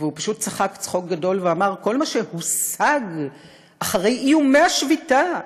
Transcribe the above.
והוא פשוט צחק צחוק גדול ואמר: כל מה שהושג אחרי איומי השביתה,